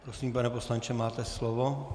Prosím, pane poslanče, máte slovo.